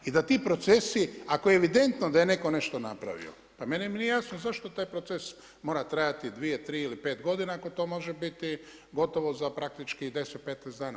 I da ti procesi ako je evidentno da je netko nešto napravio, pa meni nije jasno zašto taj proces mora trajati dvije, tri ili pet godina ako to može biti gotovo za praktički 10, 15 dana.